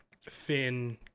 Finn